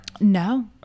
no